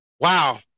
wow